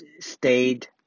stayed